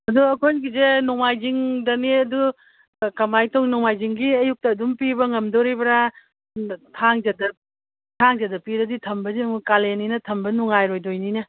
ꯑꯗꯨ ꯑꯩꯈꯣꯏꯒꯤꯁꯦ ꯅꯣꯡꯃꯥꯏꯖꯤꯡꯗꯅꯤ ꯑꯗꯨ ꯀꯃꯥꯏꯅ ꯇꯧ ꯅꯣꯡꯃꯥꯏꯖꯤꯡꯒꯤ ꯑꯌꯨꯛꯇ ꯑꯗꯨꯝ ꯄꯤꯕ ꯉꯝꯗꯣꯔꯤꯕ꯭ꯔꯥ ꯊꯥꯡꯖꯗ ꯄꯤꯔꯗꯤ ꯊꯝꯕꯁꯤ ꯑꯃꯨꯛ ꯀꯥꯂꯦꯟꯅꯤꯅ ꯊꯝꯕ ꯅꯨꯡꯉꯥꯏꯔꯣꯏꯗꯣꯏꯅꯤꯅꯦ